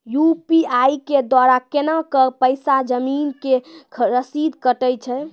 UPI के द्वारा केना कऽ पैसा जमीन के रसीद कटैय छै?